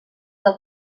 del